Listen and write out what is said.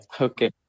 Okay